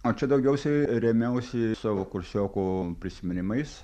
o čia daugiausiai rėmiausi savo kursiokų prisiminimais